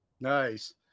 nice